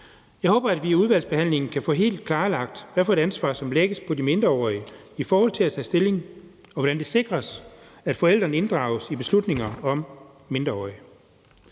Jeg håber, at vi i udvalgsbehandlingen kan få helt klarlagt, hvad det er for et ansvar, som lægges på de mindreårige i forhold til at tage stilling, og hvordan det sikres, at forældrene inddrages i beslutninger om mindreårige.